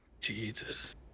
Jesus